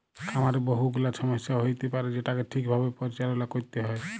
খামারে বহু গুলা ছমস্যা হ্য়য়তে পারে যেটাকে ঠিক ভাবে পরিচাললা ক্যরতে হ্যয়